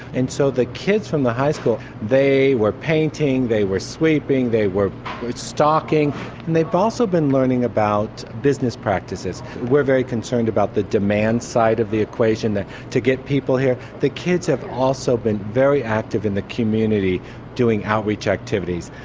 and so the kids from the high school, they were painting, they were sweeping, they were stocking and they've also been learning about business practices. we're very concerned about the demand side of the equation, to get people here. the kids have also been very active in the community doing outreach activities.